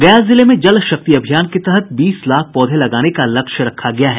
गया जिले में जल शक्ति अभियान के तहत बीस लाख पौधे लगाने का लक्ष्य रखा गया है